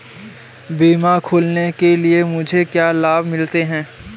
बीमा खोलने के लिए मुझे क्या लाभ मिलते हैं?